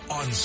on